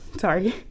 sorry